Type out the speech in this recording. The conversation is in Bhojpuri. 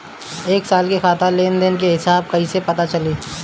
एक साल के खाता के लेन देन के हिसाब कइसे पता चली?